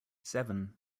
seven